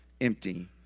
empty